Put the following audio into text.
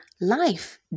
life